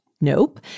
Nope